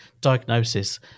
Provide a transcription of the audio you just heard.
Diagnosis